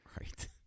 right